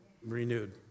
Renewed